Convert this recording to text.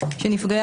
שנפגעי